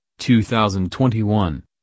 2021